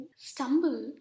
stumble